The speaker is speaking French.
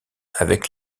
avec